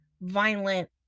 violent